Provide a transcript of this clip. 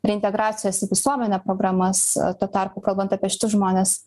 reintegracijos į visuomenę programas tuo tarpu kalbant apie šitus žmones